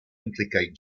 implicate